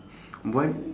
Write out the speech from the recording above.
what